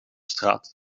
straat